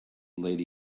lady